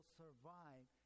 survive